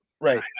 Right